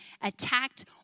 attacked